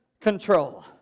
control